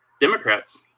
Democrats